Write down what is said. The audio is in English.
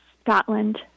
Scotland